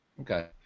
Okay